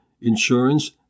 insurance